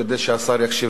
כדי שהשר יקשיב,